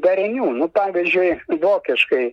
darinių nu pavyzdžiui vokiškai